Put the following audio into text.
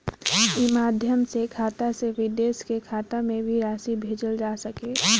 ई माध्यम से खाता से विदेश के खाता में भी राशि भेजल जा सकेला का?